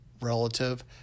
relative